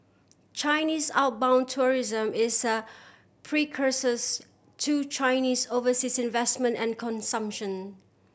Chinese outbound tourism is a precursors to Chinese overseas investment and consumption